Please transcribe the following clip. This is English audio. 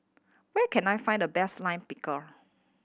where can I find the best Lime Pickle